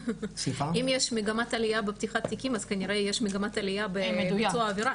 אם יש מגמת עלייה בפתיחת תיקים אז כנראה יש מגמת עלייה בביצוע העבירה.